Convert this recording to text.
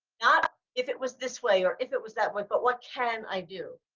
not if it was this way or if it was that way, but what can i do?